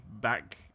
back